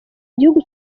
gihugu